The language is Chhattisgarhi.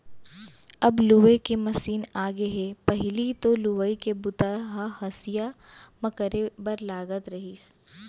अब लूए के मसीन आगे हे पहिली तो लुवई के बूता ल हँसिया म करे बर लागत रहिस